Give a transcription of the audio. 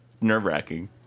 nerve-wracking